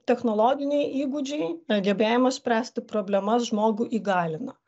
technologiniai įgūdžiai gebėjimas spręsti problemas žmogų įgalina